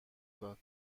داد